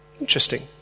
Interesting